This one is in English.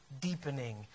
deepening